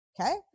Okay